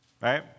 Right